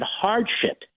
hardship